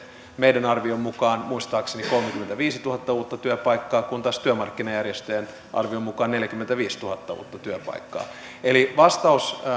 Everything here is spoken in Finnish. meidän arviomme mukaan muistaakseni kolmekymmentäviisituhatta uutta työpaikkaa kun taas työmarkkinajärjestöjen arvion mukaan neljäkymmentäviisituhatta uutta työpaikkaa vastaus